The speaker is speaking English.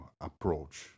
approach